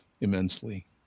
immensely